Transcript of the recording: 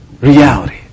reality